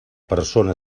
persona